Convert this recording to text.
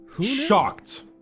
Shocked